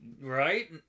Right